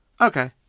Okay